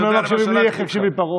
אם לא מקשיבים לי, איך יקשיב לי פרעה?